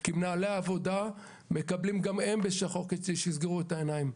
כי מנהלי העבודה מקבלים גם הם בשחור כדי שיסגרו את העיניים.